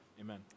Amen